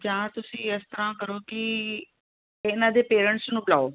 ਜਾਂ ਤੁਸੀਂ ਇਸ ਤਰ੍ਹਾਂ ਕਰੋ ਕਿ ਇਹਨਾਂ ਦੇ ਪੇਰੈਂਟਸ ਨੂੰ ਬੁਲਾਓ